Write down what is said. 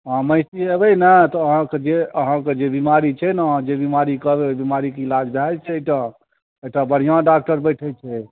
हँ महिषी अयबै ने तऽ जे अहाँकऽ जे बीमारी छै ने अहाँ जे बीमारी कहबै ओहि बीमारीके इलाज भए जेतै एहिठाम एहिठाम बढिआँ डाक्टर बैठैत छै